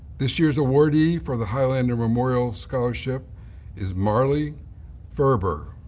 this year's awardee for the highlander memorial scholarship is marlea ferber.